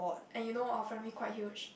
and you know our family quite huge